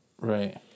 Right